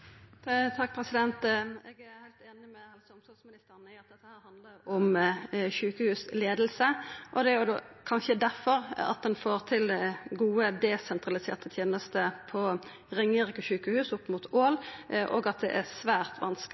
Eg er heilt einig med helse- og omsorgsministeren i at dette handlar om sjukehusleiing, og det er kanskje difor ein får til gode desentraliserte tenester på Ringerike sykehus opp mot Ål, og at det er svært vanskeleg